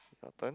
your turn